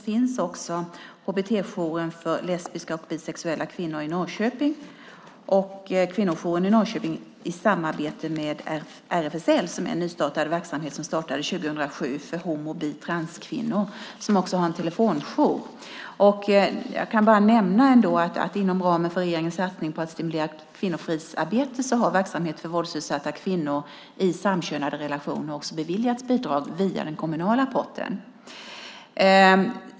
Vi har HBT-jouren för lesbiska och bisexuella kvinnor i Norrköping och kvinnojouren i Norrköping i samarbete med RFSL, en verksamhet som startade 2007 för homo-, bisexuella och transkvinnor som också har telefonjour. Jag kan bara nämna att inom ramen för regeringens satsning på att stimulera kvinnofridsarbete har verksamheten för våldsutsatta kvinnor i samkönade relationer också beviljats bidrag via den kommunala potten.